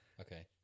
Okay